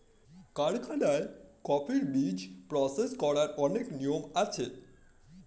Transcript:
কারখানায় কফির বীজ প্রসেস করার অনেক নিয়ম হয়